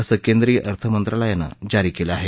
असं केंद्रीय अर्थमंत्रालयानं जारी क्लि आह